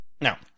Now